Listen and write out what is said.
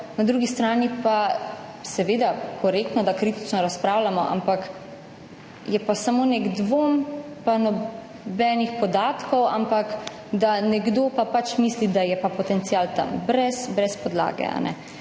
na drugi strani pa je seveda korektno, da kritično razpravljamo, ampak je pa samo nek dvom in nobenih podatkov, ampak nekdo pač misli, da je potencial tam, brez podlage.